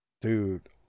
Dude